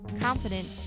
confident